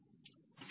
VVV2V2V